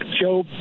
Joe